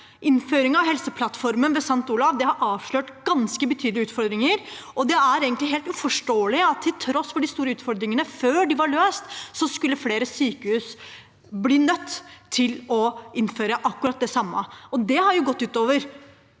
Innføring av Helseplattformen ved St. Olavs har avslørt ganske betydelige utfordringer, og det er egentlig helt uforståelig at til tross for de store utfordringene – før de var løst – skulle flere sykehus bli nødt til å innføre akkurat det samme. Det har ikke bare